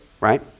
right